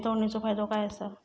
गुंतवणीचो फायदो काय असा?